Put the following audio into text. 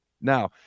Now